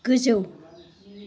गोजौ